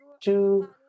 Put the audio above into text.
two